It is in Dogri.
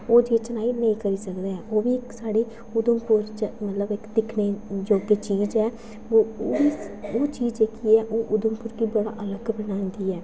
ओह् नेईं चनाई नेईं करी सकदा ऐ ओह् बी साढ़ी इक उधमपुर च मतलब इक दिक्खने योग्य चीज ऐ ओह् ओह् चीज जेह्की ऐ ओह् उधमपुर गी बड़ा अलग बनांदी ऐ